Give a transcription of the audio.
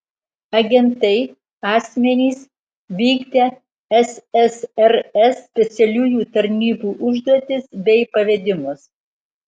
agentai asmenys vykdę ssrs specialiųjų tarnybų užduotis bei pavedimus